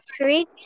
creek